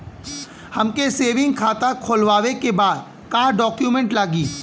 हमके सेविंग खाता खोलवावे के बा का डॉक्यूमेंट लागी?